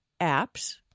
apps